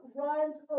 runs